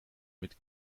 mit